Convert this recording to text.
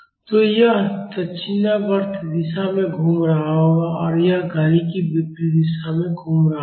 तो यह दक्षिणावर्त दिशा में घूम रहा होगा और यह घड़ी की विपरीत दिशा में घूम रहा होगा